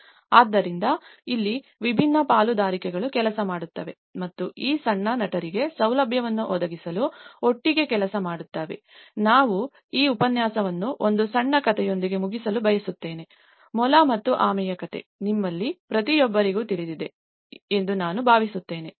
ಆದ್ದರಿಂದ ಇಲ್ಲಿ ವಿಭಿನ್ನ ಪಾಲುದಾರಿಕೆಗಳು ಕೆಲಸ ಮಾಡುತ್ತವೆ ಮತ್ತು ಈ ಸಣ್ಣ ನಟರಿಗೆ ಸೌಲಭ್ಯವನ್ನು ಒದಗಿಸಲು ಒಟ್ಟಿಗೆ ಕೆಲಸ ಮಾಡುತ್ತವೆ ನಾನು ಈ ಉಪನ್ಯಾಸವನ್ನು ಒಂದು ಸಣ್ಣ ಕಥೆಯೊಂದಿಗೆ ಮುಗಿಸಲು ಬಯಸುತ್ತೇನೆ ಮೊಲ ಮತ್ತು ಆಮೆ ಕಥೆಯು ನಿಮ್ಮಲ್ಲಿ ಪ್ರತಿಯೊಬ್ಬರಿಗೂ ತಿಳಿದಿದೆ ಎಂದು ನಾನು ಭಾವಿಸುತ್ತೇನೆ